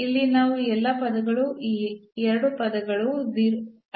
ಇಲ್ಲಿ ಮತ್ತು ಈ ಎಲ್ಲಾ ಪದಗಳು ಈ 2 ಪದಗಳು ಅನ್ನು ಹೊಂದಿವೆ